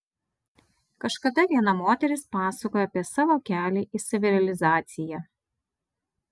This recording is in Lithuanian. kažkada viena moteris pasakojo apie savo kelią į savirealizaciją